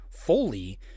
fully